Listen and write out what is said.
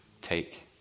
Take